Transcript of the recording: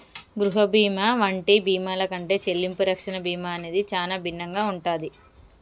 గృహ బీమా వంటి బీమాల కంటే చెల్లింపు రక్షణ బీమా అనేది చానా భిన్నంగా ఉంటాది